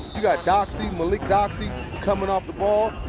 you've got doxy doxy coming off the ball.